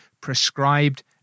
prescribed